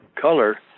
color